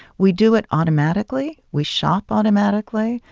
we do it automatically. we shop automatically.